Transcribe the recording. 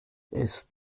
ist